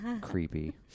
Creepy